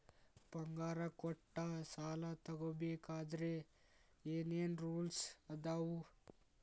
ಬಂಗಾರ ಕೊಟ್ಟ ಸಾಲ ತಗೋಬೇಕಾದ್ರೆ ಏನ್ ಏನ್ ರೂಲ್ಸ್ ಅದಾವು?